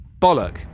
bollock